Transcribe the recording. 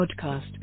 Podcast